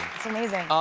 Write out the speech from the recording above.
it's amazing.